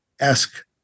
ask